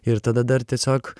ir tada dar tiesiog